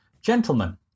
Gentlemen